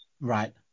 right